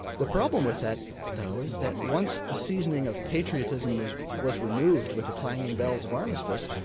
the problem with that though is that once the seasoning of patriotism was was removed with the clanging bells of armistice,